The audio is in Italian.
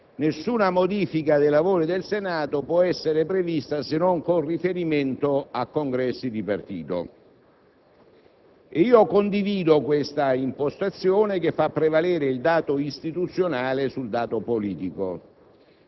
nessuno modifica dei lavori del Senato può essere prevista se non con riferimento a congressi di partito. Io condivido questa impostazione che fa prevalere il dato istituzionale sul dato politico.